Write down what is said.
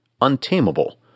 untamable